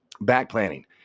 Back-planning